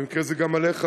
ובמקרה זה גם עליך,